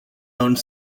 owned